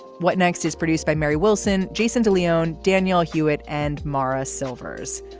what next is produced by mary wilson jason de leone daniel hewett and mara silvers.